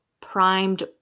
primed